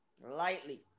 lightly